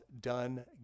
done